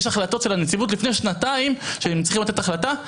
יש החלטות של הנציבות לפני שנתיים שהם צריכים לתת החלטה,